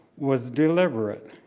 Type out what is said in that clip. was deliberate.